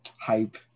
hype